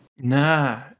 Nah